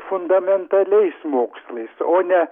fundamentaliais mokslais o ne